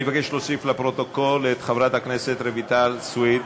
אני מבקש להוסיף לפרוטוקול את חברת הכנסת רויטל סויד,